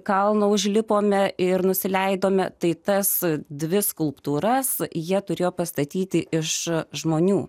kalno užlipome ir nusileidome tai tas dvi skulptūras jie turėjo pastatyti iš žmonių